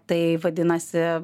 tai vadinasi